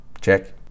check